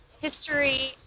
history